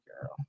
girl